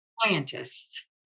scientists